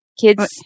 kids